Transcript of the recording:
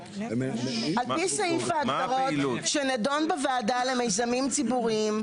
על פי סעיף ההגדרות שנדון בוועדה למיזמים ציבוריים,